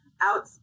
out